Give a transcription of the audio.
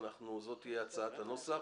זאת תהיה הצעת הנוסח.